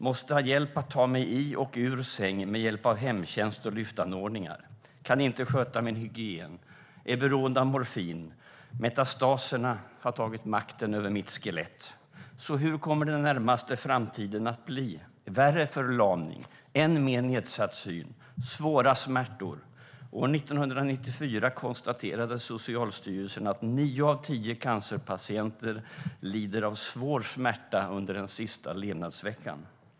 Måste ha hjälp att ta mig i och ur säng med hjälp av hemtjänst och lyftanordningar. Kan inte sköta min hygien. Är beroende av morfin. Metastaserna har tagit makten över mitt skelett. Så hur kommer den närmaste framtiden att bli? Värre förlamning? Än mer nedsatt syn? Svåra smärtor? År 1994 konstaterade Socialstyrelsen att nio av tio cancerpatienter lider av svår smärta under den sista levnadsveckan.